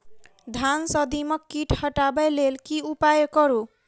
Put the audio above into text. धान सँ दीमक कीट हटाबै लेल केँ उपाय करु?